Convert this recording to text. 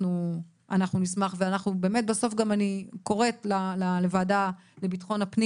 אנחנו נשמח ובאמת בסוף גם אני קוראת לוועדה לביטחון הפנים